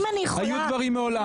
היו דברים מעולם.